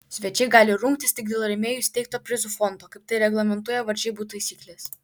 svečiai gali rungtis tik dėl rėmėjų įsteigto prizų fondo kaip tai reglamentuoja varžybų taisyklės